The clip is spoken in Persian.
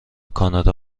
کانادا